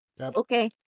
Okay